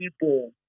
people